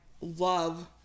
love